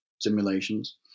simulations